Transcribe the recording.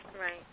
Right